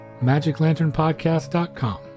magiclanternpodcast.com